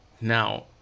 now